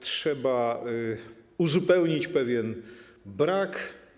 Trzeba uzupełnić pewien brak.